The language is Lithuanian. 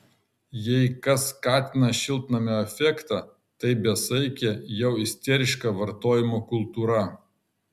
jei kas skatina šiltnamio efektą tai besaikė jau isteriška vartojimo kultūra